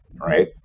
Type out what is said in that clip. right